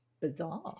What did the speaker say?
bizarre